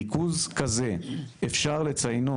ריכוז כזה אפשר לציינו,